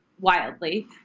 wildly